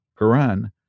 Quran